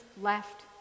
left